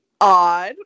odd